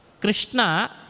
Krishna